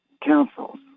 councils